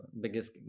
biggest